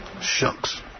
Shucks